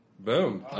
Boom